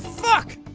fuck!